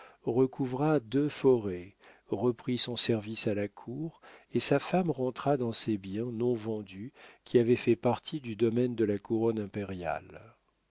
recouvra deux forêts reprit son service à la cour et sa femme rentra dans ses biens non vendus qui avaient fait partie du domaine de la couronne impériale